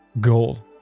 gold